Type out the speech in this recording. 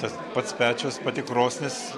tas pats pečius pati krosnis